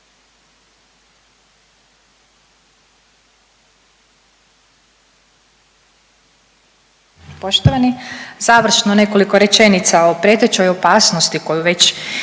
Poštovani, završno nekoliko rečenica o prijetećoj opasnosti koju već